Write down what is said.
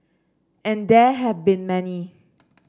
and there have been many